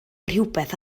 rhywbeth